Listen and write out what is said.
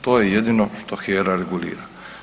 To je jedino što HERA regulira.